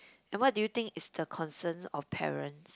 and what do you think is the concerns of parents